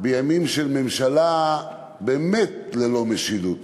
בימים של ממשלה באמת ללא משילות,